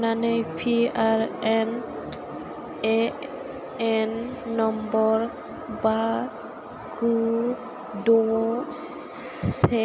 आं स्नि रोजा रांनि मोनसे ट्रेनजेक्सन खालामनो थाखाय आंनि इउक' बेंक एकाउन्टाव थोजासे रां दं नामा